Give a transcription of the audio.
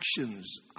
actions